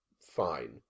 fine